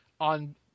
On